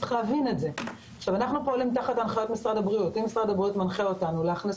אנחנו פועלים תחת הנחיות משרד הבריאות ואם משרד הבריאות מנחה אותנו להכניס